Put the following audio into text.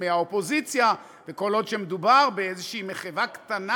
מהאופוזיציה וכל עוד מדובר באיזו מחווה קטנה,